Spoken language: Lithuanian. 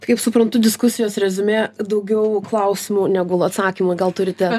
kaip suprantu diskusijos reziumė daugiau klausimų negu atsakymų gal turite